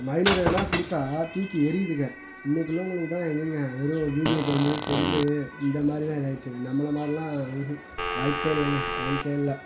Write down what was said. மயில் இறகெல்லாம் கொடுத்தா தூக்கி எறியுதுக இன்னைக்கு உள்ளவங்கக்கிட்டெலாம் எங்கங்கே ஏதோ வீடியோ கேமு செல்லு இந்த மாதிரி தான் இதாகிருச்சிங்க நம்மளை மாதிரிலாம் வாய்ப்பே இல்லைங்க சான்ஸே இல்லை